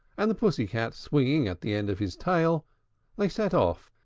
and the pussy-cat swinging at the end of his tail they set off,